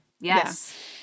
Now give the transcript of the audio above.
yes